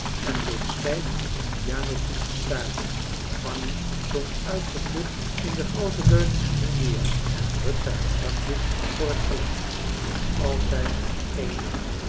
en bleef stijf op de piano toetsen staren fanny zonk uitgeput in den grooten leuningstoel neer en drukte haar zakdoek voor het gelaat nog altijd geen jan